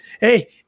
hey